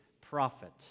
prophet